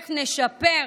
איך נשפר,